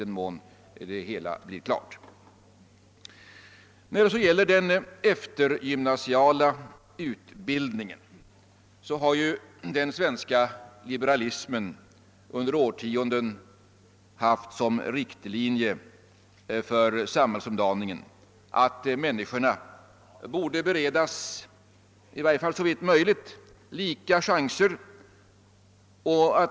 När det gäller den eftergymnasiala utbildningen har ju den svenska liberalismen under årtionden haft som riktlinje för samhällsomdaningen att människorna bör beredas såvitt möjligt lika chanser.